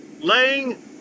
laying